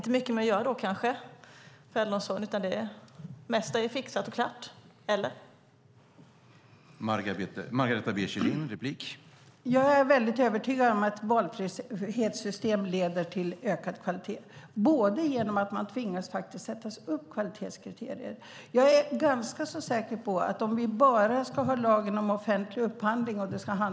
Då kanske det inte är mycket mer att göra, utan det mesta är fixat och klart - eller?